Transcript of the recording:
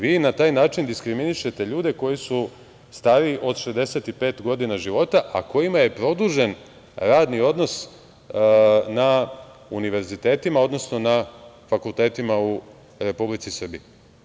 Vi na taj način diskriminišete ljude koji su stariji od 65 godina života, a kojima je produžen radni odnos na univerzitetima, odnosno na fakultetima u Republici Srbiji.